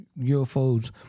UFOs